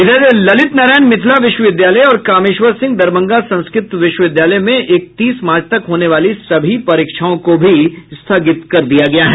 वहीं ललित नारायण मिथिला विश्वविद्यालय और कामेश्वर सिंह दरभंगा संस्कृत विश्वविद्यालय मे इक्कतीस मार्च तक होने वाले सभी परीक्षाओं को भी स्थगित कर दिया गया है